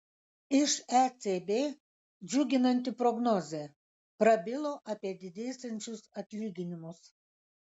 iš ecb džiuginanti prognozė prabilo apie didėsiančius atlyginimus